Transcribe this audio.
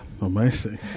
amazing